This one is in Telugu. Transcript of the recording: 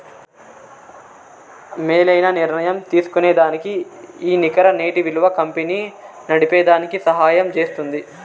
మేలైన నిర్ణయం తీస్కోనేదానికి ఈ నికర నేటి ఇలువ కంపెనీ నడిపేదానికి సహయం జేస్తుంది